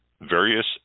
various